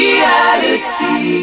Reality